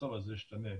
המצב הזה השתנה.